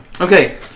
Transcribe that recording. Okay